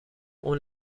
اون